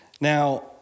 Now